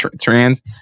trans